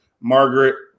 Margaret